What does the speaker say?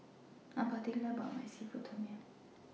I Am particular about My Seafood Tom Yum